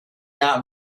jahr